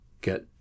get